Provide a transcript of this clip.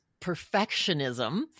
perfectionism